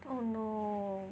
oh no